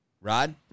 Rod